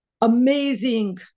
amazing